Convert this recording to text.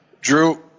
Drew